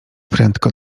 prędko